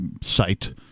site